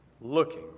looking